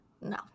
No